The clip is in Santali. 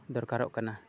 ᱫᱚᱨᱠᱟᱨᱚᱜ ᱠᱟᱱᱟ